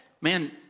man